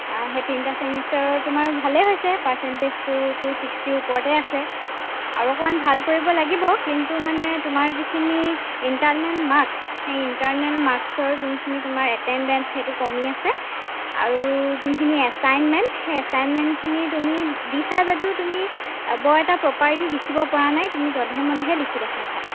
সেই তিনিটা চেমিষ্টাৰৰ তোমাৰ ভালেই হৈছে পাৰচেণ্টেজটো টু ছিক্সটী ওপৰতে আছে আৰু অকণমান ভাল কৰিব লাগিব কিন্তু মানে তোমাৰ যিখিনি ইণ্টাৰনেল মাৰ্কচ সেই ইণ্টাৰনেল মাৰ্কচৰ যোনখিনি তোমাৰ এটেণ্ডেঞ্চ সেইটো কমি আছে আৰু যোনখিনি এচাইণ্টমেণ্ট এচাইণ্টমেণ্টখিনি তুমি দিছা যদিও তুমি বৰ এটা প্ৰপাৰলী লিখিবপৰা নাই তুমি জধে মধেহে লিখি দেখাইছা